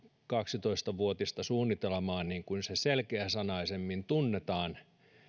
kaksitoista vuotista suunnitelmaa niin kuin se selkeäsanaisemmin tunnetaan